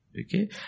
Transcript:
okay